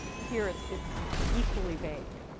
here, it's it's equally vague.